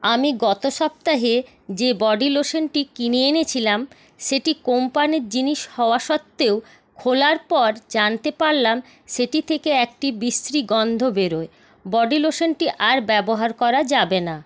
আমি গত সপ্তাহে যে বডি লোশনটি কিনে এনেছিলাম সেটি কোম্পানির জিনিস হওয়া সত্ত্বেও খোলার পর জানতে পারলাম সেটি থেকে একটি বিশ্রী গন্ধ বেরোয় বডি লোশনটি আর ব্যবহার করা যাবে না